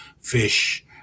fish